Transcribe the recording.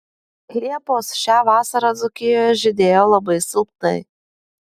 liepos šią vasarą dzūkijoje žydėjo labai silpnai